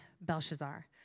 Belshazzar